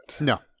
No